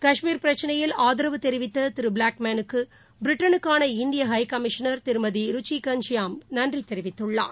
கஷ்மீர் பிரச்சினையில் ஆதரவு தெரிவித்ததிருபிளாக்மேனுக்கு பிரிட்டனுக்காள இந்தியஹைகமிஷனர் திருமதிருச்சிகணஷ்யாம் நன்றிதெரிவித்துள்ளார்